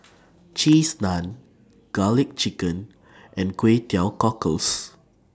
Cheese Naan Garlic Chicken and Kway Teow Cockles